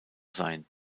sein